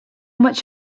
much